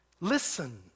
listen